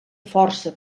força